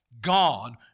God